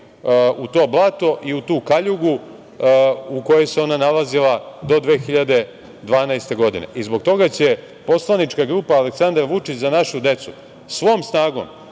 u to blato i u tu kaljugu u kojoj se ona nalazila do 2012. godine. Zbog toga će poslanička grupa Aleksandar Vučić – Za našu decu svom snagom